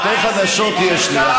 יריב, ההישגים שלך הם מצוינים.